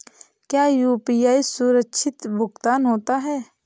क्या यू.पी.आई सुरक्षित भुगतान होता है?